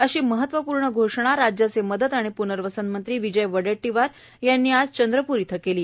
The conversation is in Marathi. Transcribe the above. अशी महत्वपूर्ण घोषणा राज्याचे मदत आणि पूनर्वसन मंत्री विजय वडेट्टीवार यांनी आज चंद्रपूर इथं केली